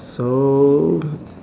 so